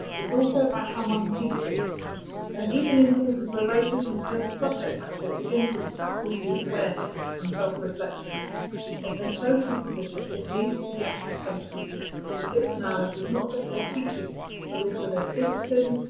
it's also about how one teaches and even in courses where race isn't just subject matter. it begins with the faculties awareness and self reflection of their social position. it leads to the application of this analysis, not just their teaching but also their discipline,